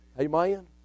Amen